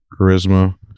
charisma